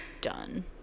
done